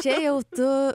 čia jau tu